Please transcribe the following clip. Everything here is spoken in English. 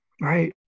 Right